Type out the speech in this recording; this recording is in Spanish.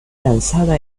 lanzada